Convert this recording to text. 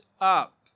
up